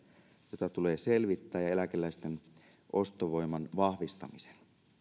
joita tulee selvittää ja eläkeläisten ostovoiman vahvistamisen